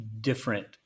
different